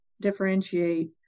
differentiate